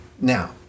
now